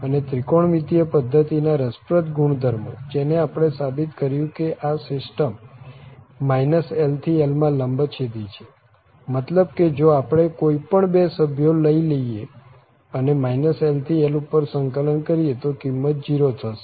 અને ત્રિકોણમિતિય પધ્ધતિના રસપ્રદ ગુણધર્મ જેને આપણે સાબિત કર્યું કે આ સીસ્ટમ l થી l માં લંબછેદી છે મતલબ કે જો આપણે કોઈ પણ બે સભ્યો લઇ લઈએ અને l થી l ઉપર સંકલન કરીએ તો કિંમત 0 થશે